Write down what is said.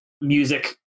music